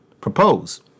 propose